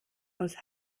aus